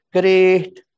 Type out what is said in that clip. great